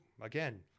again